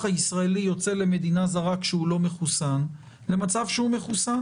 הישראלי יוצא למדינה זרה כשהוא לא מחוסן ובין מצב שהוא מחוסן,